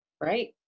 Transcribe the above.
Right